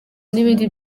n’ibindi